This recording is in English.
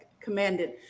commanded